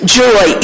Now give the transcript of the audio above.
joy